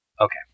Okay